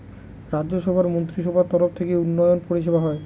রাজ্য সভার মন্ত্রীসভার তরফ থেকে উন্নয়ন পরিষেবা হয়